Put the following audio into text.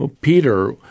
Peter